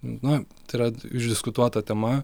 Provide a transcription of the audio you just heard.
na tai yra išdiskutuota tema